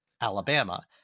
Alabama